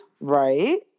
Right